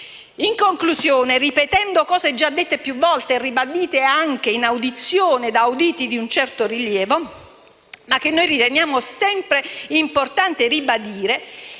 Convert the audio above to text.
In conclusione, ripetendo cose già dette più volte e ribadite anche in Commissione da auditi di un certo rilievo, ma che noi riteniamo sempre importante ribadire,